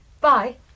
Bye